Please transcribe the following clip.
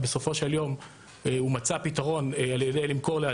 ובסופו של יום הוא מצא פתרון על ידי מכירתו